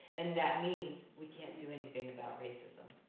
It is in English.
and that means we can't do anything about racism.